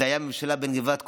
זו הייתה ממשלה בגנבת קולות,